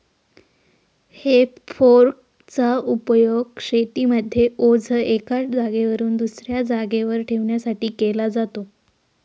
हे फोर्क चा उपयोग शेतीमध्ये ओझ एका जागेवरून दुसऱ्या जागेवर ठेवण्यासाठी केला जातो